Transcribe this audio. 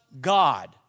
God